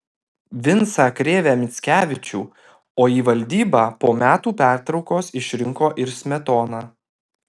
vincą krėvę mickevičių o į valdybą po metų pertraukos išrinko ir smetoną